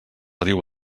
riu